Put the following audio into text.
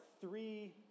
three